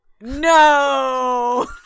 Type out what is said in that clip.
No